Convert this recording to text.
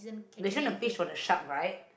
n~ got show the fish for the shark right